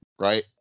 right